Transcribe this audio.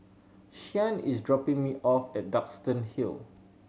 Shyann is dropping me off at Duxton Hill